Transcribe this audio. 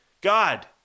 God